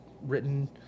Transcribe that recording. written